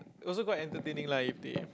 also quite entertaining lah if they